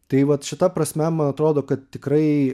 tai vat šita prasme man atrodo kad tikrai